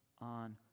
on